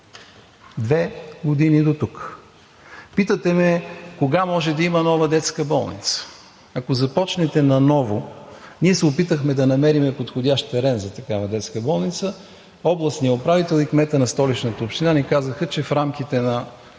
две години дотук. Питате ме кога може да има нова детска болница? Ако започнете наново, ние се опитахме да намерим подходящ терен за такава детска болница. Областният управител и кметът на Столична община ни казаха, че в рамките на